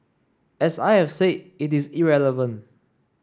as I have said it is irrelevant